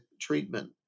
treatment